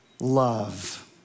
love